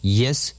yes